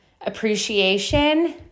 appreciation